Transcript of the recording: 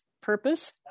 purpose